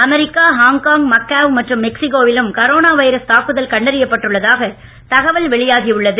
America Hong Kong Macau மற்றும் மெக்சிகோவிலும் corona virus தாக்குதல் கண்டறியப்பட்டுள்ளதாக தகவல் வெளியாகி உள்ளது